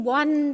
one